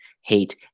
hate